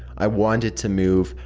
i wanted to move,